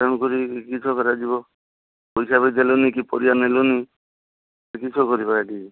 ତେଣୁ କରି କିସ କରାଯିବ ପଇସା ବି ଦେଲନି କି ପରିବା ନେଲନି ତ କିସ କରିବା ଏଇଠି